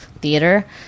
theater